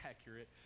accurate